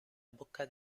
bocca